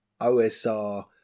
OSR